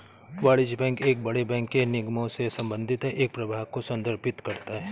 वाणिज्यिक बैंक एक बड़े बैंक के निगमों से संबंधित है एक प्रभाग को संदर्भित करता है